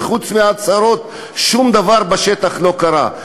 וחוץ מהצהרות שום דבר בשטח לא קרה.